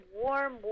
warm